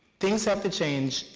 things have to change,